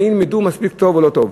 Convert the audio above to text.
האם ילמדו מספיק טוב או לא טוב.